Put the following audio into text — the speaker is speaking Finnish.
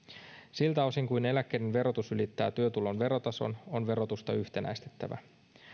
siltä osin kuin eläkkeiden verotus ylittää työtulon verotason on verotusta yhtenäistettävä